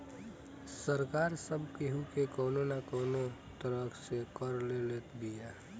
सरकार सब केहू के कवनो ना कवनो तरह से कर ले लेत बिया